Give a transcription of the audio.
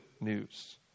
news